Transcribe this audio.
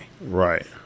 Right